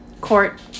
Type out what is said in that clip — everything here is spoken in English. court